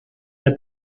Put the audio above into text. der